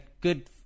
good